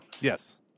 Yes